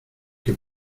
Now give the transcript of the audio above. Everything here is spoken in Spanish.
que